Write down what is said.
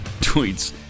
tweets